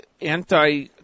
anti